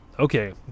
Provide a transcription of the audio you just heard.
Okay